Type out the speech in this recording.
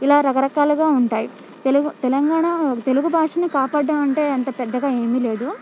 ఇలా రకరకాలుగా ఉంటాయి తెలుగు తెలంగాణా తెలుగు భాషని కాపాడడం అంటే అంత పెద్దగా ఏమీ లేదు